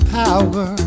power